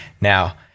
Now